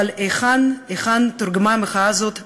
אבל היכן, היכן תורגמה המחאה הזאת בבתי-ספר,